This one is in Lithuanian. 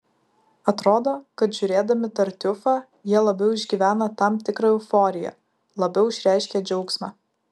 atrodo kad žiūrėdami tartiufą jie labiau išgyvena tam tikrą euforiją labiau išreiškia džiaugsmą